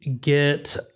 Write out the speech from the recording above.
get